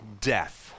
death